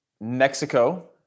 Mexico